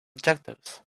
adjectives